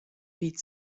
viel